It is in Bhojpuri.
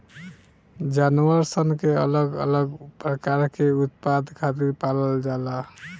जानवर सन के अलग अलग प्रकार के उत्पाद खातिर पालल जाला